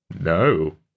no